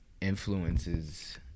influences